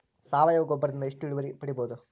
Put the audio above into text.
ಸಾವಯವ ಗೊಬ್ಬರದಿಂದ ಎಷ್ಟ ಇಳುವರಿ ಪಡಿಬಹುದ?